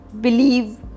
believe